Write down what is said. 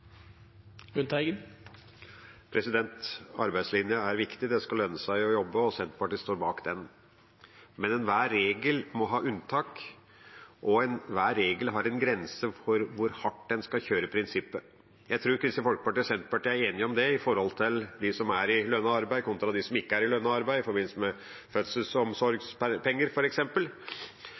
Senterpartiet står bak den. Men enhver regel må ha unntak, og enhver regel har en grense for hvor hardt en skal kjøre prinsippet. Jeg tror Kristelig Folkeparti og Senterpartiet er enige om det når det gjelder dem som er i lønnet arbeid, kontra dem som ikke er i lønnet arbeid, f.eks. i forbindelse med